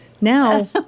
Now